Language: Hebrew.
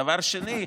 דבר שני,